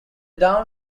town